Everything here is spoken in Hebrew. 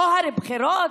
טוהר בחירות?